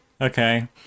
Okay